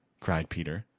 cried peter.